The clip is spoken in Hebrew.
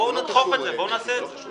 בואו נדחוף את זה, בואו נעשה את זה.